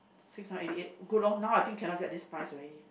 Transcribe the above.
six hundred eighty eight good loh now I think cannot this price already